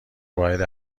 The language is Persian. واحد